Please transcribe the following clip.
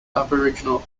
aboriginal